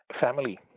family